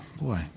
boy